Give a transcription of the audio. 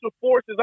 forces